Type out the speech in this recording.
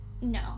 No